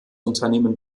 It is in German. unternehmen